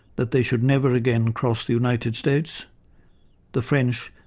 that they should never again cross the united states the french,